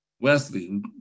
Wesley